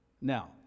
Now